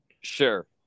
sure